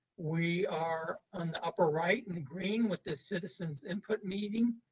we are on the upper right in green with the citizen's input meeting.